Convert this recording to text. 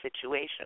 situation